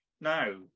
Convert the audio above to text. Now